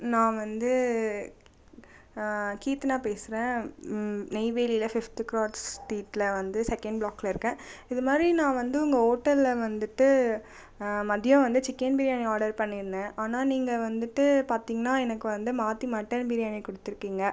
நான் வந்து கீர்த்தனா பேசறேன் நெய்வேலியில் ஃபிஃப்த் க்ராஸ் ஸ்ட்ரீடில் வந்து செகண்ட் பிளாக்கில் இருக்கேன் இது மாதிரி நான் வந்து உங்கள் ஹோட்டலில் வந்துட்டு மதியம் வந்து சிக்கன் பிரியாணி ஆர்டர் பண்ணியிருந்தேன் ஆனால் நீங்கள் வந்துட்டு பார்த்தீங்கன்னா எனக்கு வந்து மாற்றி மட்டன் பிரியாணி கொடுத்திருக்கீங்க